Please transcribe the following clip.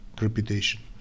Reputation